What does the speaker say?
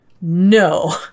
no